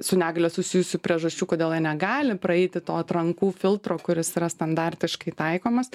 su negalia susijusių priežasčių kodėl jie negali praeiti to atrankų filtro kuris yra standartiškai taikomas